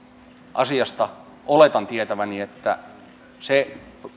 asiasta oletan tietäväni että se